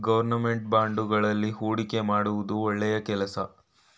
government ಬಾಂಡುಗಳಲ್ಲಿ ಹೂಡಿಕೆ ಮಾಡುವುದು ಒಳ್ಳೆಯ ಕೆಲಸ